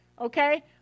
okay